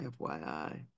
fyi